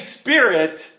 Spirit